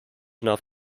enough